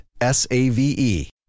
S-A-V-E